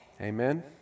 Amen